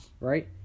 Right